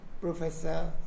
professor